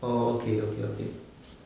oh okay okay okay